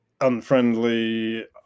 unfriendly